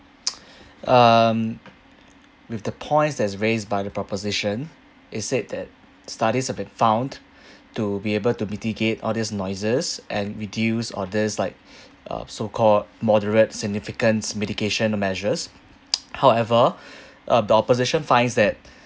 um with the points that's raised by the proposition it said that studies have been found to be able to mitigate all these noises and reduce orders like uh so called moderate significance medication measures however uh the opposition finds that